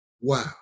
Wow